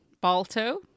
Balto